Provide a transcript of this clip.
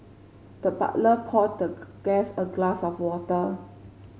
the butler poured the guest a glass of water